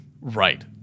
right